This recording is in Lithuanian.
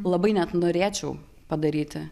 labai net norėčiau padaryti